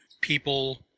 people